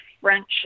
French